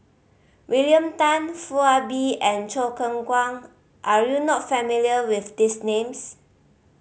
William Tan Foo Ah Bee and Choo Keng Kwang are you not familiar with these names